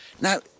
Now